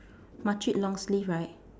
makcik long sleeve right